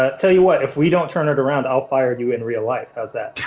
ah tell you what, if we don't turn it around, i'll fire you in real life, how's that?